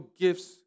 gifts